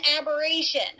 aberration